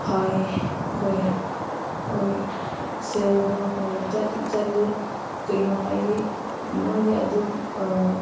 ꯐꯩꯌꯦ ꯑꯩꯈꯣꯏ ꯍꯣꯏ ꯁꯦꯜꯗꯣ ꯍꯣꯏ ꯆꯠꯇꯤ ꯆꯠꯂꯦ ꯀꯩꯅꯣ ꯍꯥꯏꯗꯤ ꯃꯣꯏꯗꯤ ꯑꯗꯨꯝ